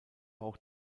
auch